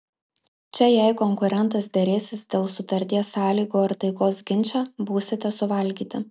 čia jei konkurentas derėsis dėl sutarties sąlygų ar taikos ginče būsite suvalgyti